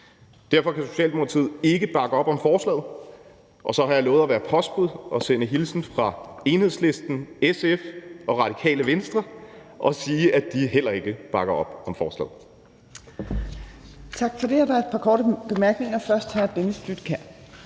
Derfor kan Socialdemokratiet ikke bakke op om forslaget. Så har jeg lovet at være postbud og sende hilsen fra Enhedslisten, SF og Radikale Venstre og sige, at de heller ikke bakker op om forslaget. Kl. 18:59 Tredje næstformand (Trine Torp): Tak for det. Der er